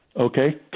Okay